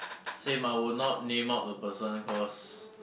same I will not name out the person cause